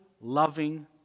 loving